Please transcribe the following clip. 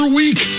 week